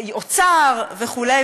אוצר וכו'.